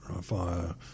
fire